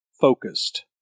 focused